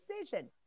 decision